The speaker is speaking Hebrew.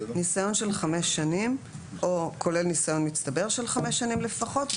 או ניסיון של חמש שנים כולל ניסיון מצטבר של חמש שנים לפחות,